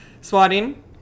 Swatting